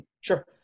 Sure